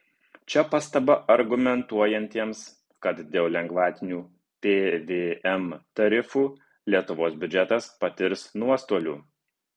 čia pastaba argumentuojantiems kad dėl lengvatinių pvm tarifų lietuvos biudžetas patirs nuostolių